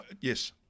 Yes